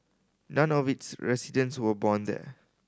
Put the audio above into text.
none of its residents were born there